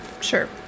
Sure